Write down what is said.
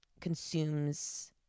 consumes